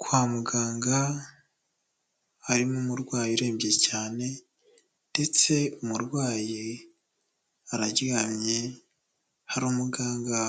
Kwa muganga harimo umurwayi urembye cyane ndetse umurwayi araryamye hari umuganga